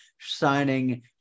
signing